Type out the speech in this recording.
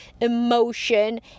emotion